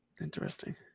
Interesting